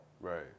Right